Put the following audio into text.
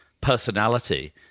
personality